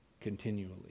continually